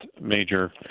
major